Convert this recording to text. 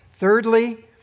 Thirdly